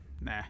nah